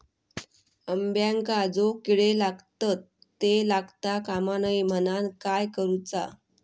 अंब्यांका जो किडे लागतत ते लागता कमा नये म्हनाण काय करूचा?